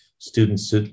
students